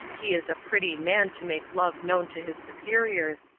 he is a pretty man to make love known to his superiors,